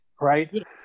right